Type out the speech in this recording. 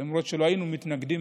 ולמרות שלא היינו מתנגדים,